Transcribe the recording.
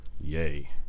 yay